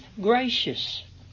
gracious